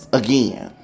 again